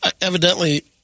Evidently